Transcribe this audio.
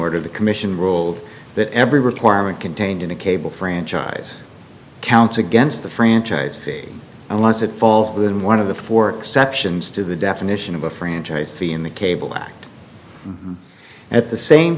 order the commission ruled that every requirement contained in the cable franchise counts against the franchise fee unless it falls within one of the four exceptions to the definition of a franchise fee in the cable act at the same